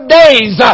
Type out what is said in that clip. days